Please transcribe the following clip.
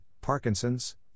Parkinson's